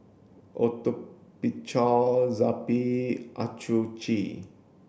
Atopiclair Zappy Accucheck